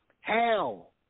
Hell